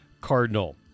Cardinal